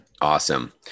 Awesome